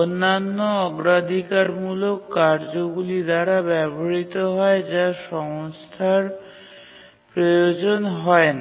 অন্যান্য অগ্রাধিকারমূলক কার্যগুলি দ্বারা ব্যবহৃত হয় যেখানে রিসোর্সের প্রয়োজন হয় না